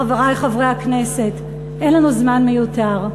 חברי חברי הכנסת, אין לנו זמן מיותר.